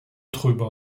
drüber